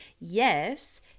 Yes